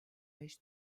beş